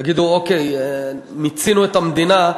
יגידו: אוקיי, מיצינו את עזרת המדינה.